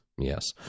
yes